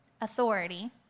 authority